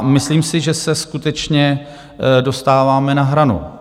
Myslím si, že se skutečně dostáváme na hranu.